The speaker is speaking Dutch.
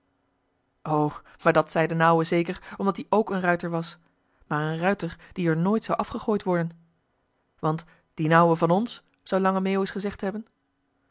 dat zei d'n ouwe zeker omdat die k een ruiter was maar een ruiter die er nooit zou joh h been paddeltje de scheepsjongen van michiel de ruijter afgegooid worden want dien ouwe van ons zou lange meeuwis gezegd hebben